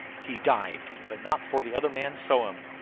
he dived but not before the other man saw him.